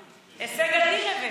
הכיסאות,